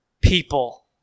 people